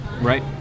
Right